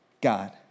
God